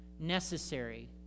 necessary